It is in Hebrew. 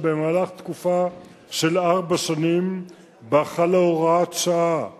ובכך לייעל ולזרז את שמיעת המשפטים ולהפחית במידת מה את העומס המוטל